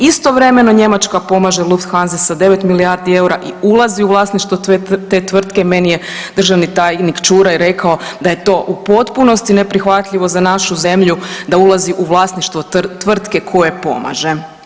Istovremeno Njemačka pomaže Lufthansi sa 9 milijardi eura i ulazi u vlasništvo te tvrtke, meni je državni tajnik Čuraj rekao da je to u potpunosti neprihvatljivo za našu zemlju da ulazi u vlasništvo tvrtke koje pomaže.